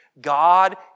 God